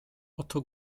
oto